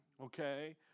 okay